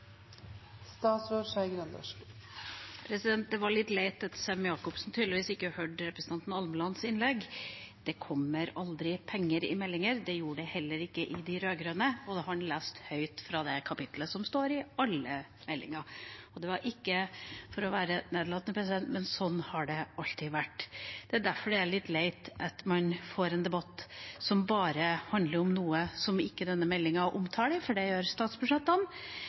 tydeligvis ikke hørte representanten Almelands innlegg. Det kommer aldri penger i meldinger – det gjorde det heller ikke i de rød-grønnes tid – og han leste høyt fra det kapitlet som står i alle meldinger. Det er ikke for å være nedlatende, men sånn har det alltid vært. Det er derfor det er litt leit at man får en debatt som bare handler om noe som denne meldinga ikke omtaler – det gjør statsbudsjettene